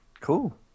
Cool